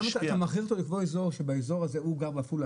אתה מכריח אותם לקבוע אזור שבאזור הזה הוא גר בעפולה,